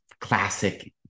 classic